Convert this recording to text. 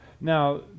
now